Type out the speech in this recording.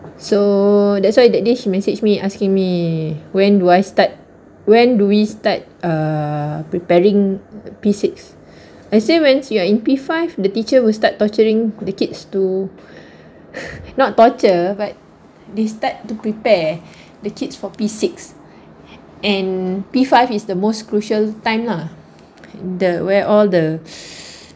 so that's why that day she message me asking me when do I start when do we start err preparing P six I say when you are in P five the teacher will start torturing the kids to not torture but they start to prepare the kids for P six and P five is the most crucial time lah the where all the